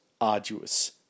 arduous